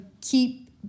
keep